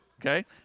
okay